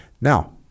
Now